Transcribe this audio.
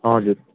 हजुर